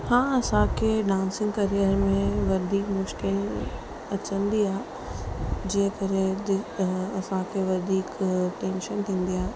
हा असांखे डांस जे करियर में वधीक मुश्किल अचंदी आहे जंहिं करे असांं खे वधीक टेंशन थींदी आहे